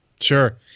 Sure